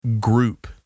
group